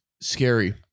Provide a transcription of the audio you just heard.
scary